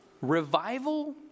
revival